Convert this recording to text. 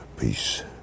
peace